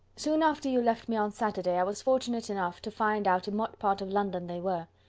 soon after you left me on saturday, i was fortunate enough to find out in what part of london they were.